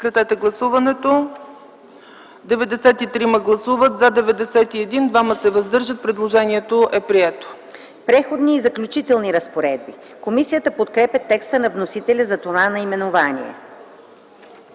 „Преходни и заключителни разпоредби”. Комисията подкрепя текста на вносителя за това наименование.